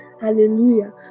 Hallelujah